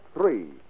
Three